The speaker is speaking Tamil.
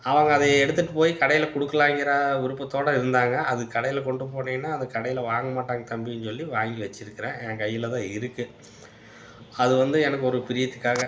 அவங்க அதே எடுத்துகிட்டு போய் கடையில் கொடுக்கலாங்கிற விருப்பத்தோடு இருந்தாங்க அது கடையில் கொண்டு போனீங்கனால் அது கடையில் வாங்க மாட்டாங்க தம்பினு சொல்லி வாங்கி வச்சுருக்கிறேன் என் கையில்தான் இருக்குது அது வந்து எனக்கு ஒரு பிரியத்துக்காக